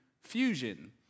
Fusion